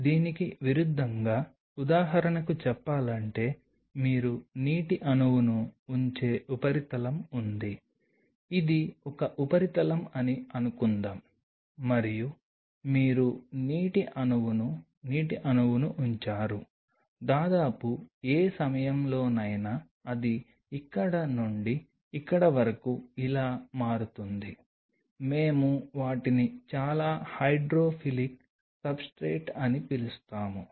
దీనికి విరుద్ధంగా ఉదాహరణకు చెప్పాలంటే మీరు నీటి అణువును ఉంచే ఉపరితలం ఉంది ఇది ఒక ఉపరితలం అని అనుకుందాం మరియు మీరు నీటి అణువును నీటి అణువును ఉంచారు దాదాపు ఏ సమయంలోనైనా అది ఇక్కడ నుండి ఇక్కడ వరకు ఇలా మారుతుంది మేము వాటిని చాలా హైడ్రోఫిలిక్ సబ్స్ట్రేట్ అని పిలుస్తాము